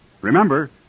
Remember